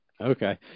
Okay